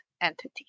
entity